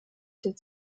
der